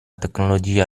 tecnologia